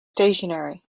stationary